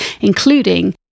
including